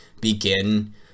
begin